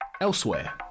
Elsewhere